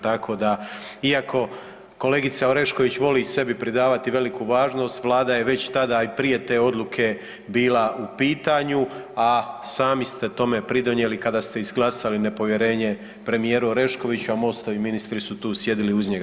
Tako da, iako kolegica Orešković voli sebi pridavati veliku važnost Vlada je već tada i prije te odluke bila u pitanju, a sami ste tome pridonijeli kada ste izglasali nepovjerenje premijeru Oreškoviću, a MOST-ovi ministri su tu sjedili uz njega.